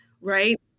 right